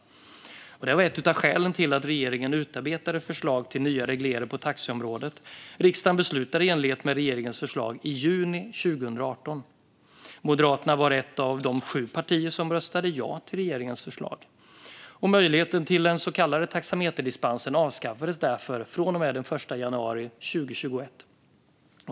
Det var ett av skälen till att regeringen utarbetade förslag till nya regler på taxiområdet. Riksdagen beslutade i enlighet med regeringens förslag i juni 2018. Moderaterna var ett av de sju partier som röstade ja till regeringens förslag. Möjligheten till så kallad taxameterdispens avskaffades därför från den 1 januari 2021.